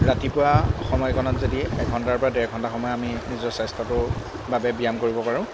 ৰাতিপুৱা সময়কণত যদি এঘণ্টাৰ পৰা ডেৰ ঘণ্টা সময় আমি নিজৰ স্বাস্থ্যটোৰ বাবে ব্যায়াম কৰিব পাৰোঁ